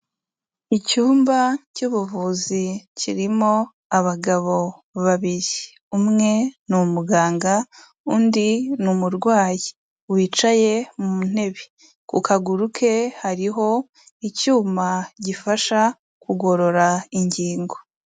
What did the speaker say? Icyumba cy'ubuvuzi kirimo abagabo babiri, umwe ni umuganga undi ni umurwayi, wicaye mu ntebe, ku kaguru ke hariho icyuma gifasha kugorora ingingo.